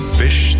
fish